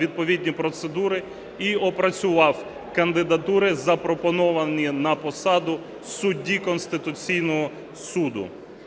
відповідні процедури і опрацював кандидатури, запропоновані на посаду судді Конституційного Суду.